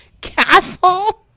castle